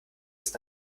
ist